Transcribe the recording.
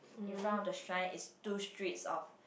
in front of the shrine is two streets of